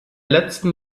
letzten